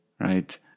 right